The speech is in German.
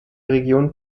region